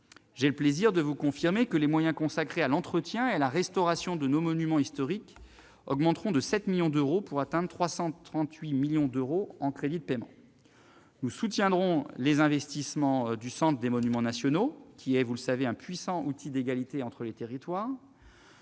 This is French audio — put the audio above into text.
J'ai le plaisir de vous confirmer que les moyens dédiés à l'entretien et à la restauration de nos monuments historiques augmenteront de 7 millions d'euros, pour atteindre 338 millions d'euros en crédits de paiement. Nous soutiendrons les investissements du Centre des monuments nationaux (CMN), qui, vous le savez, est un puissant outil d'égalité entre les territoires.